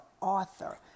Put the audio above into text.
author